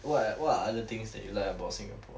what are what are other things that you like about singapore